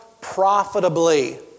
profitably